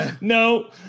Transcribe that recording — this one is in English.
No